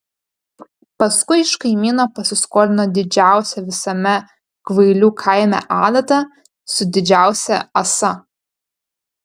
paskui iš kaimyno pasiskolino didžiausią visame kvailių kaime adatą su didžiausia ąsa